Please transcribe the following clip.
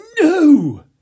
no